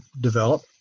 develop